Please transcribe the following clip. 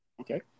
Okay